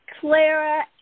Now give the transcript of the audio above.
Clara